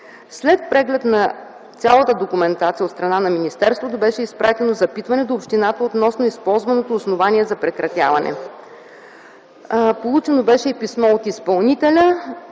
След преглед на цялата документация от страна на министерството беше изпратено запитване до общината относно използваното основание за прекратяване. Получено беше и писмо от изпълнителя,